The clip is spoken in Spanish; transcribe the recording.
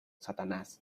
satanás